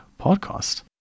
podcast